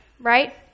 right